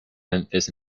memphis